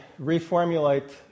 reformulate